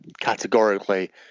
categorically